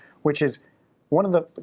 which is one of the,